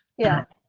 yeah,